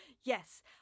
yes